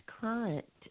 current